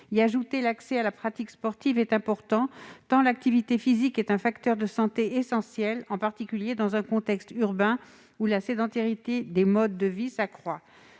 Y ajouter l'accès à la pratique sportive est important, tant l'activité physique est un facteur essentiel de santé, en particulier dans un contexte urbain où la sédentarité des modes de vie s'accroît.